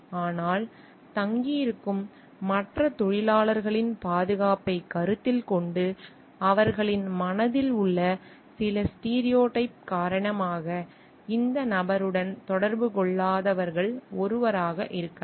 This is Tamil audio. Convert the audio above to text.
ஆனால் தங்கியிருக்கும் மற்ற தொழிலாளர்களின் பாதுகாப்பை கருத்தில் கொண்டு அவர்களின் மனதில் உள்ள சில ஸ்டீரியோடைப் காரணமாக இந்த நபருடன் தொடர்பு கொள்ளாதவர்கள் ஒருவராக இருக்கலாம்